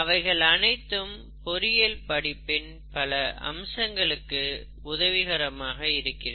அவைகள் அனைத்தும் பொறியியல் படிப்பின் பல அம்சங்களுக்கு உதவிகரமாக இருக்கிறது